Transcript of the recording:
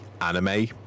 anime